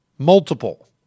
multiple